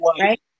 right